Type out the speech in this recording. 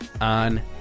on